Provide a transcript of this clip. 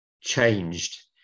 changed